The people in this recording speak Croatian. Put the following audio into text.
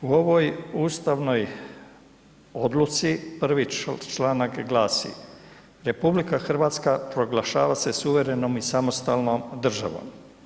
U ovoj ustavnoj odluci prvi članak glasi, RH proglašava se suverenom i samostalnom državom.